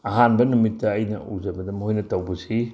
ꯑꯍꯥꯟꯕ ꯅꯨꯃꯤꯠꯇ ꯑꯩꯅ ꯎꯖꯕꯗ ꯃꯈꯣꯏꯅ ꯇꯧꯕꯁꯤ